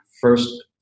first